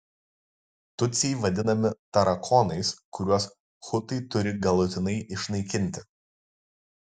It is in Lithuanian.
tutsiai vadinami tarakonais kuriuos hutai turi galutinai išnaikinti